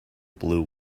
blue